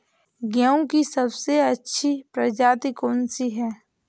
गेहूँ की सबसे अच्छी प्रजाति कौन सी है?